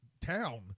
town